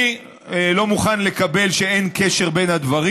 אני לא מוכן לקבל שאין קשר בין הדברים.